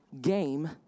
game